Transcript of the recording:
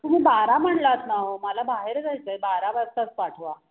तुम्ही बारा म्हणलात ना ओ मला बाहेर जायचं आहे बारा वाजताच पाठवा